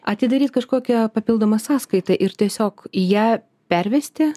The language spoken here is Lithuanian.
atidaryt kažkokią papildomą sąskaitą ir tiesiog į ją pervesti